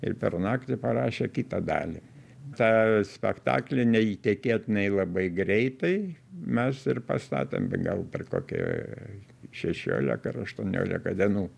ir per naktį parašė kitą dalį tą spektaklį neįtikėtinai labai greitai mes ir pastatėm gal per kokį šešiolika ar aštuoniolika dienų